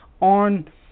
on